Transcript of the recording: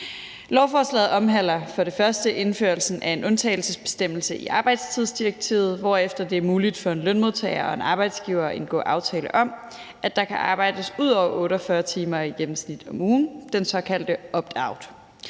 Lovforslaget omhandler for det første indførelsen af en undtagelsesbestemmelse i arbejdstidsdirektivet, hvorefter det er muligt for en lønmodtager og en arbejdsgiver at indgå aftale om, at der kan arbejdes ud over 48 timer i gennemsnit om ugen – den såkaldte opt-out.